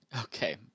okay